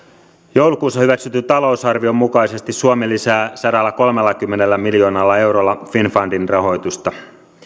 joulukuussa hyväksytyn talousarvion mukaisesti suomi lisää sadallakolmellakymmenellä miljoonalla eurolla finnfundin rahoitusta